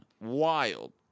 wild